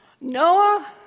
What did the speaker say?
Noah